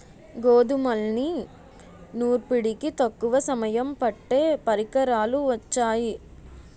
గోధుమల్ని నూర్పిడికి తక్కువ సమయం పట్టే పరికరాలు వొచ్చాయి